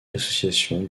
l’association